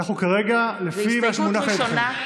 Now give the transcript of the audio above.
על כמה?